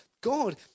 God